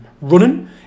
running